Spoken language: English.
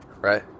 right